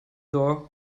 door